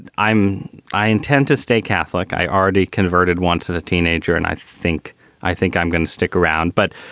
and i'm i intend to stay catholic. i already converted wants as a teenager. and i think i think i'm going to stick around. but,